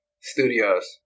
studios